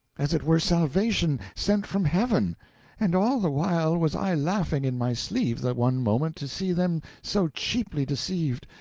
as it were salvation sent from heaven and all the while was i laughing in my sleeve the one moment, to see them so cheaply deceived,